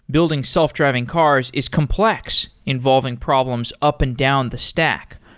building self-driving cars is complex involving problems up and down the stack.